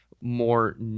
more